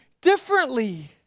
differently